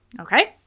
Okay